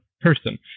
person